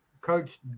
Coach